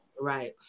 Right